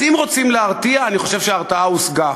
אז אם רוצים להרתיע, אני חושב שההרתעה הושגה,